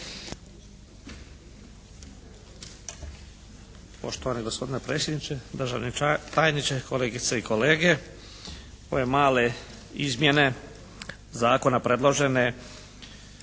Poštovani gospodine predsjedniče, državni tajniče, kolegice i kolege. Ove male izmjene zakona predložene